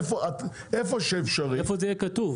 איפה זה יהיה כתוב?